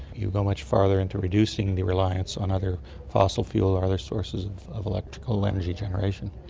you go much further into reducing the reliance on other fossil fuels or other sources of of electrical energy generation.